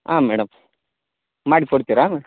ಹಾಂ ಮೇಡಮ್ ಮಾಡಿ ಕೊಡ್ತೀರಾ